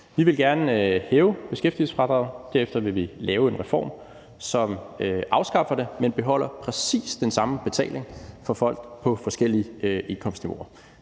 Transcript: Vi vil gerne hæve beskæftigelsesfradraget, og derefter vil vi lave en reform, som afskaffer det, men som beholder præcis den samme betaling fra folk på forskellige indkomstniveauer.